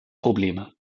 probleme